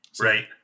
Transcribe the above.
Right